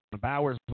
Bowers